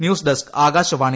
news desk Akashvani